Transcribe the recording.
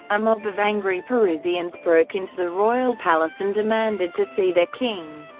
a mob of angry parisians broke into the royal palace and demanded to see their king.